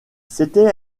s’étaient